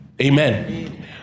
Amen